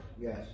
Yes